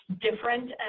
different